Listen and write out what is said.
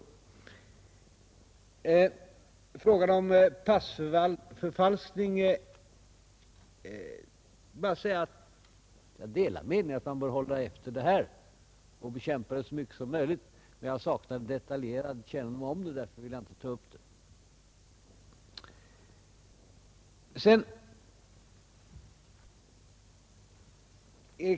Passförfalskningen bör hållas efter och bekämpas så mycket som möjligt, men jag saknar detaljerad kännedom om detta, och därför vill jag inte ta upp det.